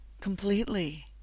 completely